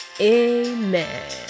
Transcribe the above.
Amen